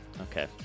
okay